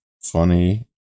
funny